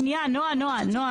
שנייה, נעה, נעה.